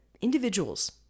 individuals